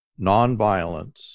nonviolence